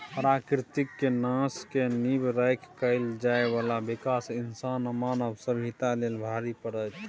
प्रकृति के नाश के नींव राइख कएल जाइ बाला विकास इंसान आ मानव सभ्यता लेल भारी पड़तै